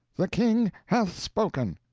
the king hath spoken.